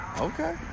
Okay